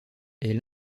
est